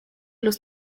los